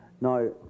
Now